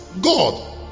God